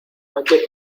noche